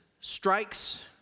strikes